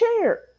chair